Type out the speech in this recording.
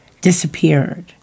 disappeared